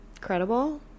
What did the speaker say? credible